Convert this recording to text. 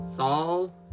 Saul